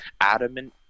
adamant